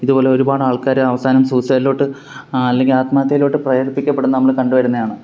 ഇതുപോലെ ഒരുപാട് ആൾക്കാര് അവസാനം സുയിസൈഡിലോട്ട് അല്ലെങ്കിൽ ആത്മഹത്യയിലോട്ട് പ്രേരിപ്പിക്കപ്പെടുന്നത് നമ്മള് കണ്ട് വരുന്നതാണ്